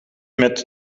met